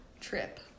trip